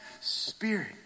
spirit